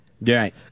right